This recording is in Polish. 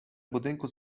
budynku